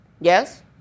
Yes